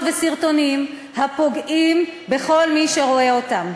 וסרטונים הפוגעים בכל מי שרואה אותם.